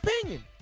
opinion